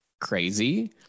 crazy